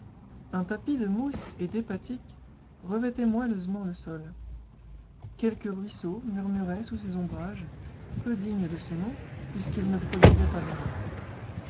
un tapis de mousses et d'hépathiques revêtait moelleusement le sol quelques ruisseaux murmuraient sous ces ombrages peu dignes de ce nom puisqu'ils ne produiraient pas d'ombre